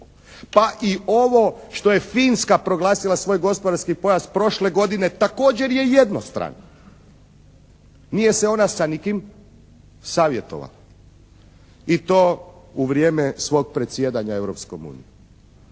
Pa i ovo što je Finska proglasila svoj gospodarski pojas prošle godine također je jednostran. Nije se ona sa nikim savjetovala i to u vrijeme svog predsjedanja